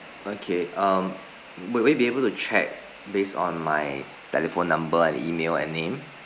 okay um will we be able to check based on my telephone number and email and name